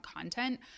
content